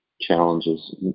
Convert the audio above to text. challenges